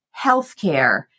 healthcare